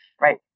right